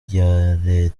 zunze